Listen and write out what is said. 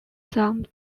some